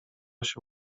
się